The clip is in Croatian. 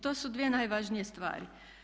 To su dvije najvažnije stvari.